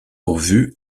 pourvu